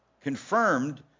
confirmed